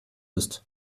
ist